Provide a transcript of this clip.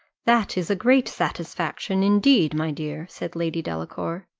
that is a great satisfaction, indeed, my dear, said lady delacour.